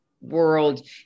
world